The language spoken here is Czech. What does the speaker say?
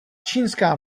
čínská